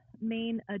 main